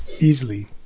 easily